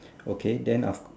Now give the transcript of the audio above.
okay then of